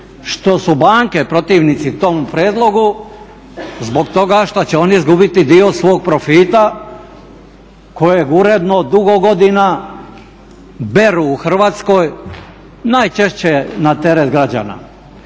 što su banke protivnici tom prijedlogu zbog toga što će oni izgubiti dio svog profita kojeg uredno dugo godina beru u Hrvatskoj, najčešće na teret građana.